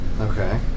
Okay